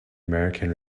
american